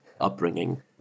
upbringing